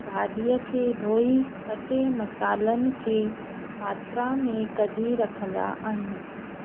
भाॼीअ खे धोई कटे मसालनि खे मात्रा में कढी रखंदा आहियूं